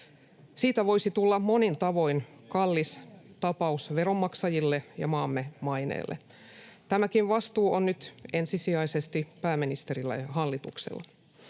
Siitä voisi tulla monin tavoin kallis tapaus veronmaksajille ja maamme maineelle. Tämäkin vastuu on nyt ensisijaisesti pääministerillä ja hallituksella.